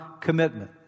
commitment